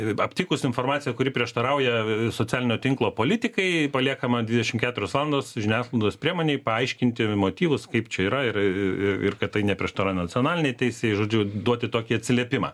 ir aptikus informaciją kuri prieštarauja socialinio tinklo politikai paliekama dvidešim keturios valandos žiniasklaidos priemonei paaiškinti motyvus kaip čia yra ir ir ir kad tai neprieštarauja nacionalinei teisei žodžiu duoti tokį atsiliepimą